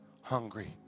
hungry